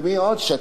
שטילוב?